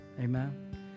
Amen